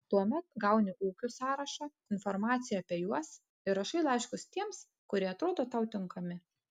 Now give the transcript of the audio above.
tuomet gauni ūkių sąrašą informaciją apie juos ir rašai laiškus tiems kurie atrodo tau tinkami